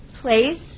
place